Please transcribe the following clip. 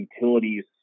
utilities